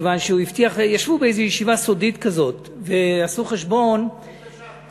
ישבו באיזה ישיבה סודית כזאת ועשו חשבון, היית שם?